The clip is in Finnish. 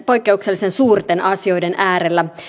poikkeuksellisen suurten asioiden äärellä